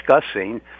discussing